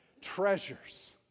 Treasures